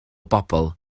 bobl